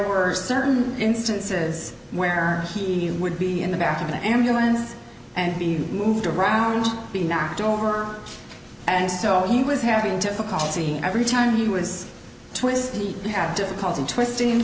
were certain instances where he would be in the bathroom an ambulance and be moved around being knocked over and so he was having difficulty every time he was twisty you have difficulty twisting and